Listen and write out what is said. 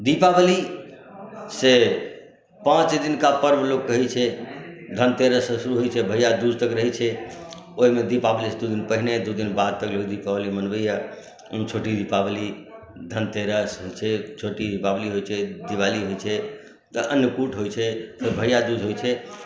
दीपावली से पाँच दिनका पर्व लोक कहैत छै धनतेरससँ शुरू होइत छै भैया दूज तक रहैत छै ओहिमे दीपावलीसँ दू दिन पहिने दू दिन बाद तक लोक दीपावली मनबैए ओहिमे छोटी दीपावली धनतेरस होइत छै छोटी दीपावली होइत छै दीवाली होइत छै तऽ अन्नकूट होइत छै फेर भैया दूज होइत छै